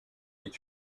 est